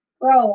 bro